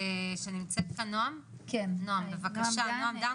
שנמצאת כאן נעם דן,